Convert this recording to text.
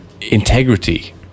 integrity